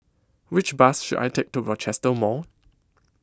Which Bus should I Take to Rochester Mall